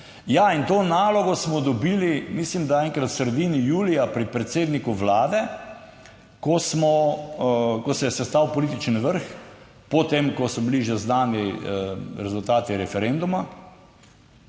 to nalogo smo dobili, mislim, da enkrat v sredini julija pri predsedniku Vlade, ko smo, ko se je sestal politični vrh po tem, ko so bili že znani rezultati referenduma.